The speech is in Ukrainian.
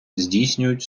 здійснюють